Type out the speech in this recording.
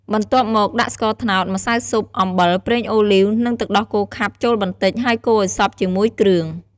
បន្ទាប់មកដាក់ស្ករត្តោត ម្សៅស៊ុប អំបិល ប្រេងអូលីវ និងទឹកដោះគោខាប់ចូលបន្តិច ហើយកូរឱ្យសព្វជាមួយគ្រឿង។